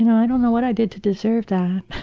you know i don't know what i did to deserve that.